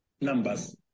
Numbers